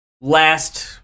last